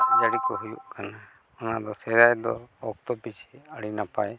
ᱫᱟᱜ ᱡᱟᱹᱲᱤᱠᱚ ᱦᱩᱭᱩᱜ ᱠᱟᱱᱟ ᱚᱱᱟᱫᱚ ᱥᱮᱫᱟᱭ ᱫᱚ ᱚᱠᱛᱚ ᱯᱤᱪᱷᱤ ᱟᱹᱰᱤ ᱱᱟᱯᱟᱭ